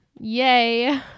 Yay